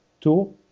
two